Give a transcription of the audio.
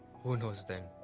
ah knows then,